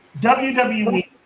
WWE